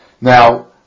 Now